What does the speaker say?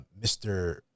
mr